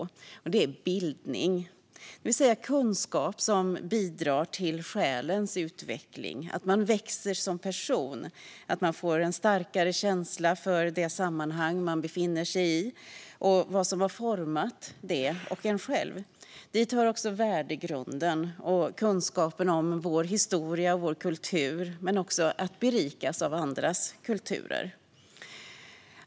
Det handlar om bildning, det vill säga kunskap som bidrar till själens utveckling - att man växer som person, att man får en starkare känsla för det sammanhang som man befinner sig i och vad som har format det och en själv. Dit hör också värdegrunden och kunskapen om vår historia och vår kultur men också att berikas av andras kulturer.